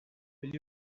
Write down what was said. will